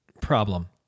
problem